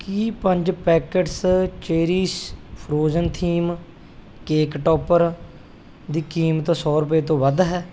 ਕੀ ਪੰਜ packets cherish frozen theme cake topper ਦੀ ਕੀਮਤ ਸੌ ਰੁਪਏ ਤੋਂ ਵੱਧ ਹੈ